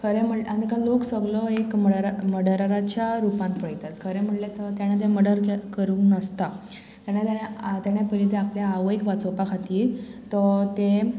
खरें म्हण आनी तेका लोक सगलो एक मर्डर मडराच्या रुपांत पळयतात खरें म्हणल्यार तेणें तें मर्डर करूंक नासता तेणें तेणें तेणें पयलीं ते आपल्या आवयक वांचोवपा खातीर तो तें